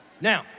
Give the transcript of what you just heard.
Now